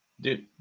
Dude